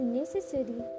necessary